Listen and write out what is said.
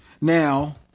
Now